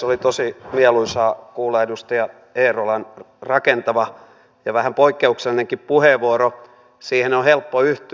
oli tosi mieluisaa kuulla edustaja eerolan rakentava ja vähän poikkeuksellinenkin puheenvuoro siihen on helppo yhtyä